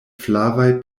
flavaj